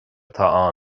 atá